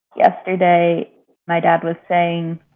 yesterday my dad was saying